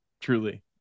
truly